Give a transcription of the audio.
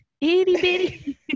itty-bitty